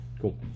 Cool